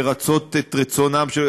לרצות את רצונם של,